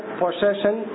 possession